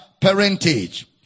parentage